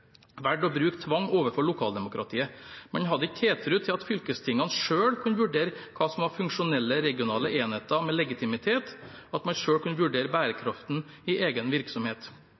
å bruke tvang overfor lokaldemokratiet. Man hadde ikke tiltro til at fylkestingene selv kunne vurdere hva som var funksjonelle regionale enheter med legitimitet, at man selv kunne vurdere bærekraften i egen virksomhet.